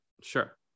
Sure